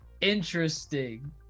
Interesting